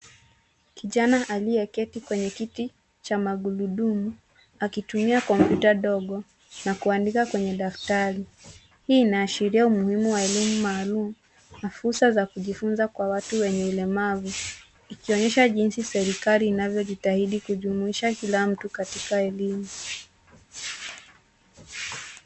Kijana aliyeketi kwenye kiti cha magurudumu akitumia kompyuta ndogo na kuandika kwenye daftari. Hii inaashiria umuhimu wa elimu maalumu na fursa za kujifunza kwa watu wenye ulemavu ikionyesha jinsi serikali inavyo jitahidi kujumuisha kila mtu katika elimu.